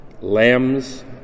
lambs